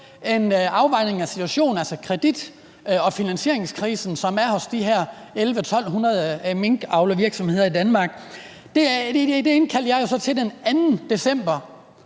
en afvejning af situationen, altså kredit- og finansieringskrisen, som er hos de her 1.100-1.200 minkavlervirksomheder i Danmark, og svaret fra de to ministre var,